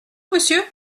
monsieur